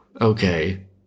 Okay